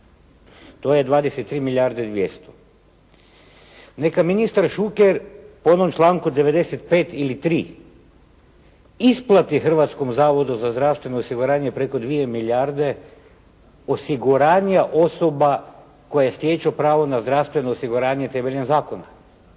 To je 23 milijarde 200. Neka ministar Šuker po onom članku 95. ili 3. isplati Hrvatskom zavodu za zdravstveno osiguranje preko 2 milijarde osiguranja osoba koje stječu pravo na zdravstveno osiguranje temeljem zakona.